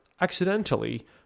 accidentally